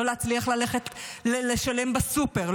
לא להצליח ללכת לשלם בסופר,